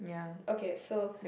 okay so